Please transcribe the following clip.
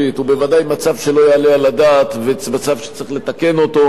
הוא בוודאי מצב שלא יעלה על הדעת ומצב שצריך לתקן אותו.